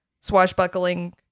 swashbuckling